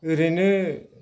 ओरैनो